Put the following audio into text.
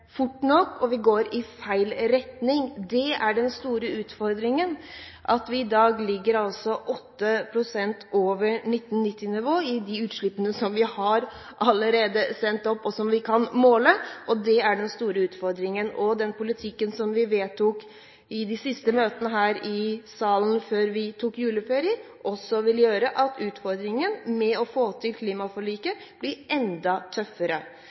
fort nok, og vi går i feil retning. Det er den store utfordringen, altså at vi i dag ligger over 8 pst. over 1990-nivået i de utslippene vi allerede har sendt opp, og som vi kan måle. Den politikken som vi vedtok på de siste møtene her i salen før vi tok juleferie, vil også gjøre at utfordringen med å få til klimaforliket, blir enda tøffere.